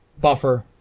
buffer